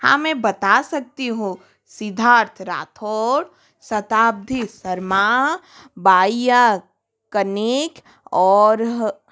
हाँ मैं बता सकती हूँ सिद्धार्थ राठौर सताब्धी शर्मा बाइया कनीक और है